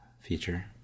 feature